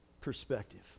perspective